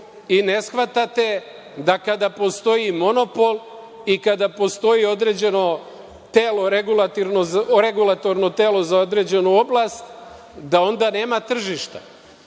i ne shvatate da kada postoji monopol i kada postoji određeno regulatorno telo za određenu oblast da onda nema tržišta,